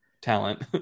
talent